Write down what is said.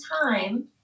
time